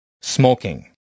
Smoking